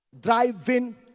driving